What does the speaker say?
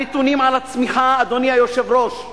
הנתונים על הצמיחה, אדוני היושב-ראש,